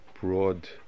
broad